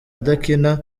adakina